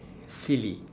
silly